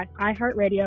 iHeartRadio